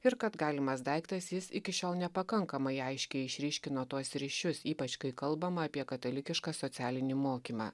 ir kad galimas daiktas jis iki šiol nepakankamai aiškiai išryškino tuos ryšius ypač kai kalbama apie katalikišką socialinį mokymą